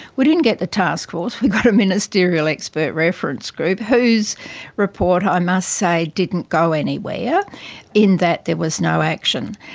we didn't get the taskforce, we got a ministerial expert reference group whose report, i must say, didn't go anywhere in that there was no action.